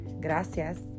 Gracias